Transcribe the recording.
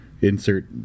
insert